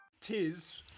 tis